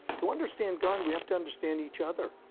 to understand god, we have to understand each other.